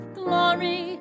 glory